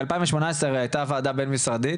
ב-2018 היתה ועדה בין משרדית,